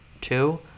two